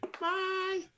Bye